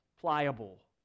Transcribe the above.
pliable